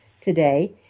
today